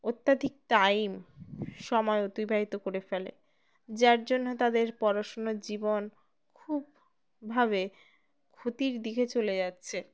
অত্যাধিক টাইম সময় অতিবাহিত করে ফেলে যার জন্য তাদের পড়াশুনার জীবন খুবভাবে ক্ষতির দিকে চলে যাচ্ছে